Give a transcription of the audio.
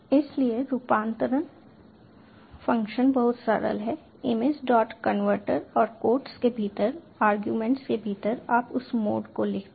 इसलिए रूपांतरण फ़ंक्शन बहुत सरल है इमेज डॉट कन्वर्ट और कोट्स के भीतर अरगुमेंट्स के भीतर आप उस मोड को लिखते हैं